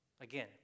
Again